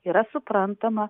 yra suprantama